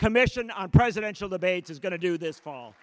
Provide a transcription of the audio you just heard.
commission on presidential debates is going to do this fall